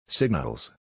Signals